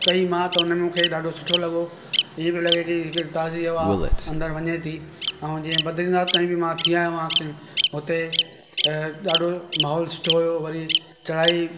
कई मां त हुन मूंखे ॾाढो सुठो लॻो ईअं पियो लॻे की जेका ताज़ी हवा अंदरि वञे थी ऐं जीअं बद्रीनाथ ताईं मां थी आयो आहियां हुते अ ॾाढो माहोलु सुठो हुयो वरी चढ़ाई